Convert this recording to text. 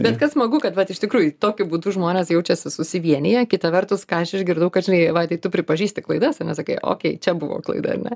bet kas smagu kad vat iš tikrųjų tokiu būdu žmonės jaučiasi susivieniję kita vertus ką aš išgirdau kad žinai vaidai tu pripažįsti klaidas ane sakai okei čia buvo klaida ar ne